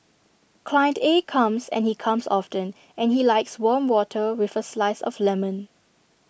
client A comes and he comes often and he likes warm water with A slice of lemon